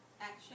action